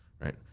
right